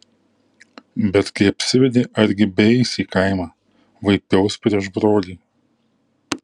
bet kai apsivedė argi beeis į kaimą vaipiaus prieš brolį